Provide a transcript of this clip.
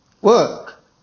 work